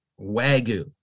Wagyu